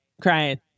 crying